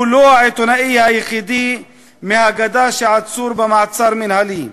הוא לא העיתונאי היחיד מהגדה שעצור במעצר מינהלי.